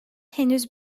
henüz